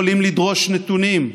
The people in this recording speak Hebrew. יכולים לדרוש נתונים,